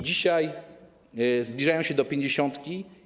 Dzisiaj zbliżają się do pięćdziesiątki.